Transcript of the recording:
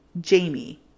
Jamie